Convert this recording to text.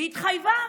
והיא התחייבה.